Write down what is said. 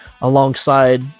alongside